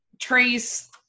Trace